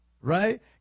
right